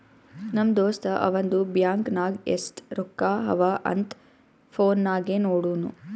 ನಮ್ ದೋಸ್ತ ಅವಂದು ಬ್ಯಾಂಕ್ ನಾಗ್ ಎಸ್ಟ್ ರೊಕ್ಕಾ ಅವಾ ಅಂತ್ ಫೋನ್ ನಾಗೆ ನೋಡುನ್